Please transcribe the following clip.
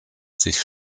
sich